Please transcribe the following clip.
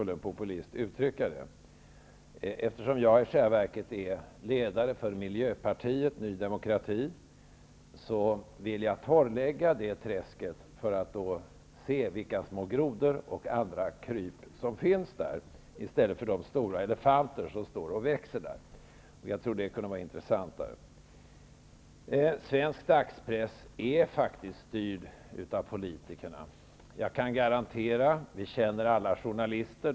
Eftersom jag i själva verket är ledare för miljöpartiet Ny demokrati vill jag torrlägga det träsket för att se vilka små grodor och andra kryp som finns där i stället för de stora elefanter som står och växer där. Jag tror att det kunde vara intressantare. Svensk dagspress är faktiskt styrd av politikerna. Vi känner alla journalister.